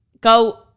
Go